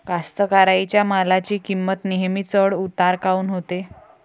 कास्तकाराइच्या मालाची किंमत नेहमी चढ उतार काऊन होते?